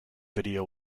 video